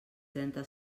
trenta